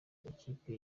ikipe